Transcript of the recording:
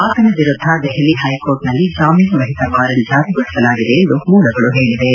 ಆತನ ವಿರುದ್ದ Delhi high court ನಲ್ಲಿ ಜಾಮೀನು ರಹಿತ ವಾರಂಟ್ ಜಾರಿಗೊಳಿಸಲಾಗಿದೆಯೆಂದು ಮೂಲಗಳು ಹೇಳಿವೆ